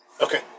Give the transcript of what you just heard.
Okay